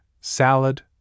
salad